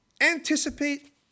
anticipate